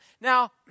Now